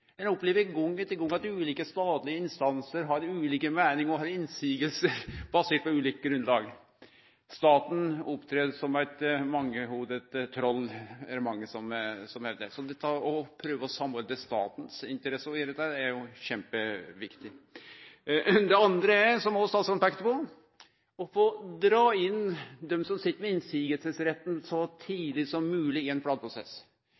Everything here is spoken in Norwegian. Ein opplever gong etter gong at ulike statlege instansar har ulike meiningar og har motsegner, baserte på ulikt grunnlag. Staten opptrer som eit troll med mange hovud, er det mange som hevdar. Så dette å prøve å samordne statens interesser når det gjeld dette, er kjempeviktig. Det andre er – som òg statsråden peikte på – å dra inn dei som sit med motsegnsretten, så tidleg som mogleg i ein